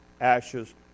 ashes